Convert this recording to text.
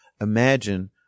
imagine